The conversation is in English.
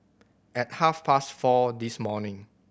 at half past four this morning